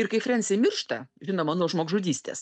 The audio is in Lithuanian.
ir kai frensė miršta žinoma nuo žmogžudystės